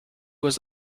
was